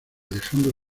dejando